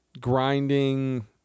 grinding